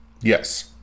Yes